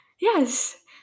yes